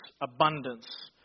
abundance